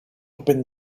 open